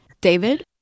David